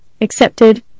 accepted